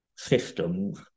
systems